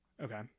okay